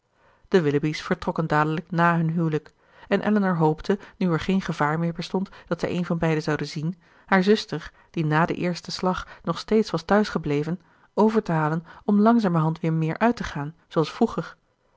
de willoughby's vertrokken dadelijk na hun huwelijk en elinor hoopte nu er geen gevaar meer bestond dat zij een van beiden zou zien haar zuster die na den eersten slag nog steeds was thuis gebleven over te halen om langzamerhand weer meer uit te gaan zooals vroeger